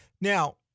Now